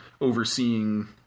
overseeing